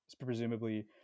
presumably